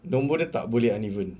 nombor dia tak boleh uneven